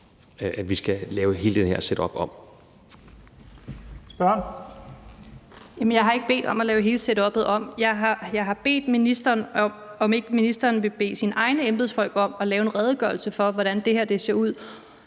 15:13 Marianne Bigum (SF): Jamen jeg har ikke bedt om at lave hele setuppet om. Jeg har spurgt ministeren om, om ikke ministeren vil bede sine egne embedsfolk om at lave en redegørelse for, hvordan det her ser ud,